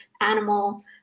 animal